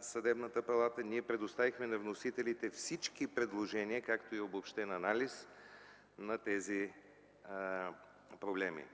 Съдебната палата. Ние предоставихме на вносителите всички предложения, както и обобщен анализ на тези проблеми.